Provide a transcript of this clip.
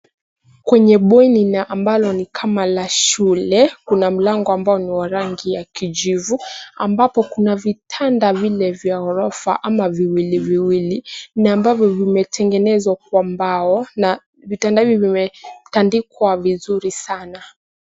Kwenye bweni na ambalo ni kama la shule, kuna mlango ambao ni wa rangi ya kijivu ambapo kuna vitanda vinne vya ghorofa ama viwili viwili na ambavyo vimetengenezwa kwa mbao na vitanda hivi vimetandikwa vizuri sana.